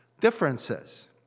differences